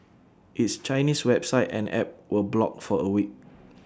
its Chinese website and app were blocked for A week